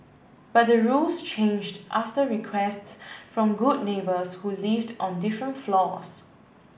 but the rules changed after requests from good neighbours who lived on different floors